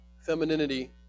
femininity